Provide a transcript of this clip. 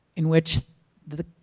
in which the,